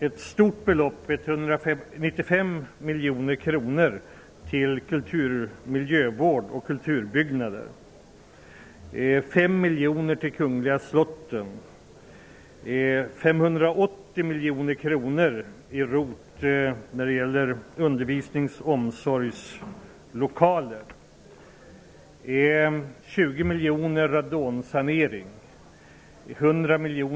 Ett stort belopp, 195 miljoner kronor, till miljövård och kulturbyggnader.